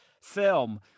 film